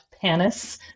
panis